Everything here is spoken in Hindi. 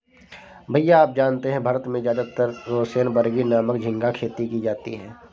भैया आप जानते हैं भारत में ज्यादातर रोसेनबर्गी नामक झिंगा खेती की जाती है